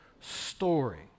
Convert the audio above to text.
story